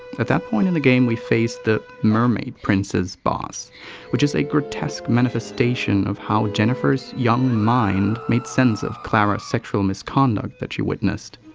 at that point in the game we face the mermaid princess boss which is a grotesque manifestation of how jennifer's young mind made sense of clara's sexual misconduct that she witnessed.